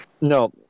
No